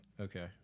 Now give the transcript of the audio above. Okay